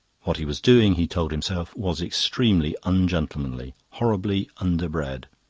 what he was doing, he told himself, was extremely ungentlemanly, horribly underbred.